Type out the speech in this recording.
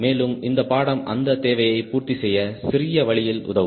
மேலும் இந்த பாடம் அந்த தேவையை பூர்த்தி செய்ய சிறிய வழியில் உதவும்